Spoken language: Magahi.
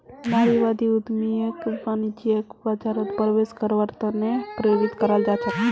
नारीवादी उद्यमियक वाणिज्यिक बाजारत प्रवेश करवार त न प्रेरित कराल जा छेक